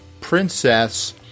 princess